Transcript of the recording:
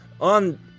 on